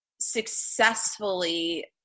successfully